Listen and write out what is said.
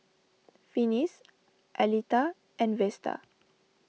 Finis Aleta and Vesta